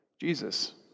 Jesus